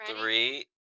Three